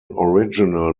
original